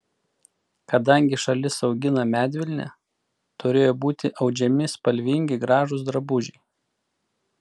kadangi šalis augina medvilnę turėjo būti audžiami spalvingi gražūs drabužiai